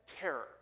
terror